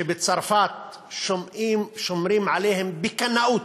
בצרפת שומרים עליהם בקנאות.